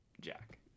jack